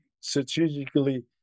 strategically